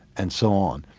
and so on.